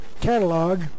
catalog